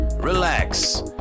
Relax